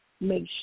make